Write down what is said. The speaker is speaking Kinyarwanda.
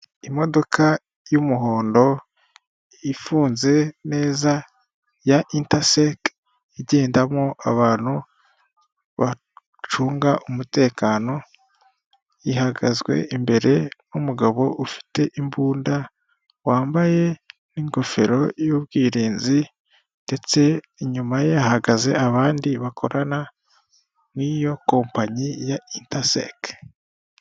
Imodoka y'umuhondo ifunze neza ya intaseke igendamo abantu bacunga umutekano, ihagazwe imbere n'umugabo ufite imbunda wambaye n'ingofero y'ubwirinzi ndetse inyuma ye hagaze abandi bakorana n'iyo kompanyi ya intaseke.